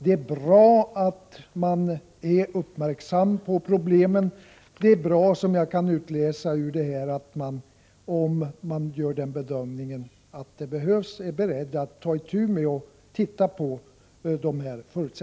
Det är bra att man är uppmärksam på problemen, och det är bra att man är beredd att ta itu och se över förutsättningarna om man gör bedömningen att det behövs.